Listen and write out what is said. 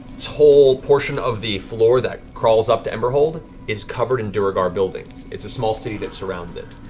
this whole portion of the floor that crawls up to emberhold is covered in duergar buildings. it is a small city that surrounds it.